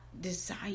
Desire